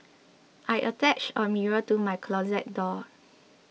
I attached a mirror to my closet door